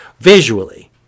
visually